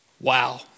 wow